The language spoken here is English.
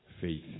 faith